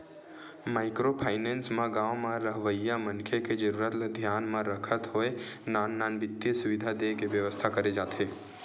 micro finance म गाँव म रहवइया मनखे के जरुरत ल धियान म रखत होय नान नान बित्तीय सुबिधा देय के बेवस्था करे जाथे